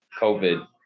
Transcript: COVID